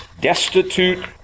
destitute